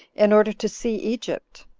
in order to see egypt.